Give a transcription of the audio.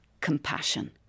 compassion